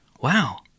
Wow